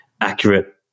accurate